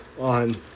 on